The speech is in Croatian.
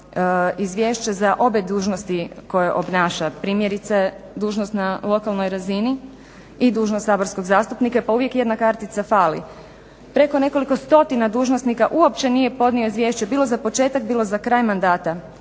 izvješće za obje dužnosti koje obnaša, primjerice dužnost na lokalnoj razini i dužnost saborskog zastupnika pa uvijek jedna kartica fali. Preko nekoliko stotina dužnosnika uopće nije podnio izvješće bilo za početak bilo za kraj mandata.